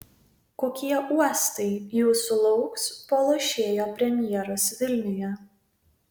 kokie uostai jūsų lauks po lošėjo premjeros vilniuje